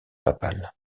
papale